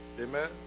Amen